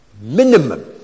minimum